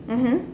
mmhmm